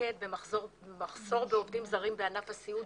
שנתמקד במחסור בעובדים זרים בענף הסיעוד